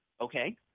Okay